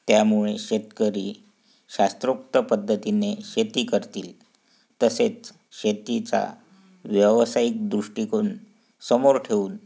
त्यामुळे शेतकरी शास्त्रोक्त पद्धतीने शेती करतील तसेच शेतीचा व्यावसायिक दृष्टिकोन समोर ठेवून